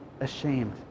ashamed